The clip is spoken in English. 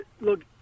Look